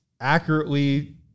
accurately